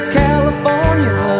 california